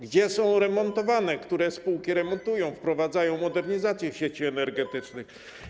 Gdzie są one remontowane, które spółki remontują, wprowadzają modernizacje sieci energetycznych?